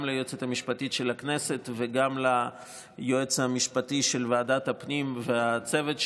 גם ליועצת המשפטית של הכנסת וגם ליועץ המשפטי של ועדת הפנים והצוות שלו,